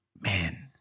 Man